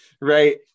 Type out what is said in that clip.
right